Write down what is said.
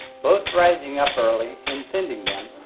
both rising up early, and sending them,